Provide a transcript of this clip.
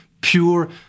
pure